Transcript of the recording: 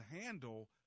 handle